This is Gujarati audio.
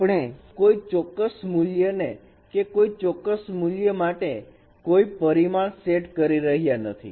આપણે કોઈ ચોક્કસ મુલ્ય ને કોઈ ચોક્કસ મૂલ્ય માટે કોઈ પરિમાણ સેટ કરી રહ્યા નથી